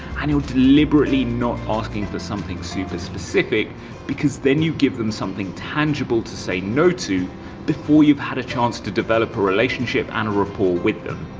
and you're deliberately not asking for something super specific because then you give them something tangible to say no to before you've had a chance to develop a relationship and a rapport with them.